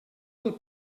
del